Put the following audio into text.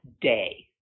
day